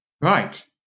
Right